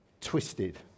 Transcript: twisted